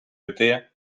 іти